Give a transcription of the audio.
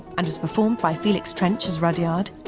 and was performed by felix trench as rudyard,